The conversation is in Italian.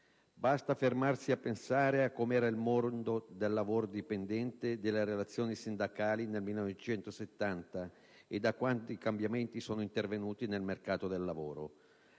Basta fermarsi a pensare alle condizioni del mondo del lavoro dipendente e delle relazioni sindacali nel 1970 ed a quanti cambiamenti sono intervenuti nel mercato del lavoro.